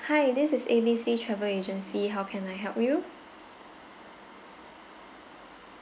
hi this is A B C travel agency how can I help you